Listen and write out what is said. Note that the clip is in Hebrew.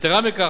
יתירה מכך,